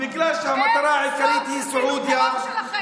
פעילות טרור בכל מקום.